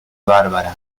bárbara